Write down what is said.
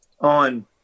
on